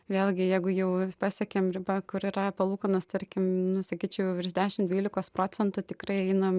vėlgi jeigu jau pasiekėm ribą kur yra palūkanos tarkim nu sakyčiau virš dešimt dvylikos procentų tikrai einam